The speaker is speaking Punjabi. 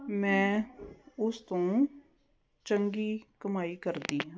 ਮੈਂ ਉਸ ਤੋਂ ਚੰਗੀ ਕਮਾਈ ਕਰਦੀ ਹਾਂ